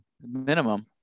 minimum